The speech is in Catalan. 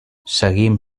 seguim